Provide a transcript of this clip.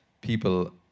people